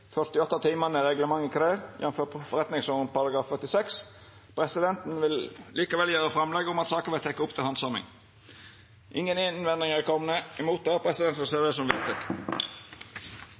48 timane reglementet krev, jf. forretningsordenen § 46. Presidenten vil likevel gjera framlegg om at saka vert teken opp til handsaming. Ingen innvendingar er komne mot det, og presidenten ser det som vedteke.